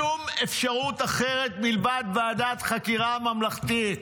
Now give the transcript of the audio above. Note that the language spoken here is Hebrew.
שום אפשרות אחרת מלבד ועדת חקירה ממלכתית.